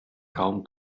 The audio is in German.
kaum